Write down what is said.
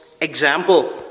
example